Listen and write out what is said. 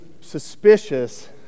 suspicious